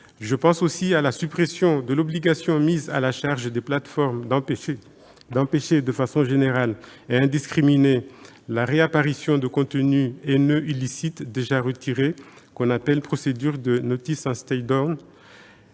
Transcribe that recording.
Je pense aussi à la suppression de l'obligation mise à la charge des plateformes d'empêcher, de façon générale et indiscriminée, la réapparition de contenus haineux illicites déjà retirés. Cette procédure de était manifestement